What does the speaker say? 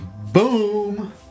Boom